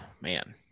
man